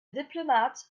diplomat